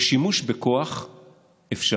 ושימוש בכוח אפשרי,